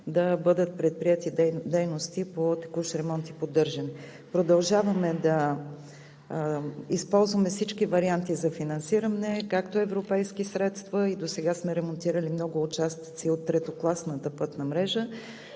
да бъдат предприети дейности по текущ ремонт и поддържане. Продължаваме да използваме всички варианти за финансиране както и с европейски средства – досега сме ремонтирали много участъци от третокласната пътна мрежа